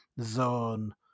zone